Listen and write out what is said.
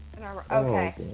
Okay